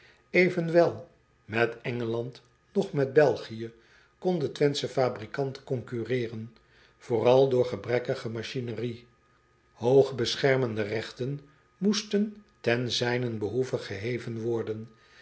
met ngeland noch met elgië kon de wenthsche fabrikant concurreeren vooral door gebrekkige machinerie ooge beschermende regten moesten ten zijnen behoeve geheven worden